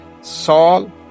Saul